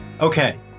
Okay